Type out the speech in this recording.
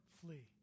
Flee